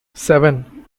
seven